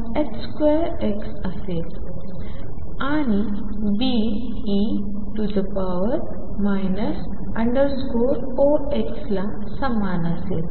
ला समान असेल